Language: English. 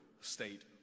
state